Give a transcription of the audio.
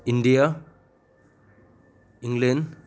India ꯏꯪꯂꯦꯟ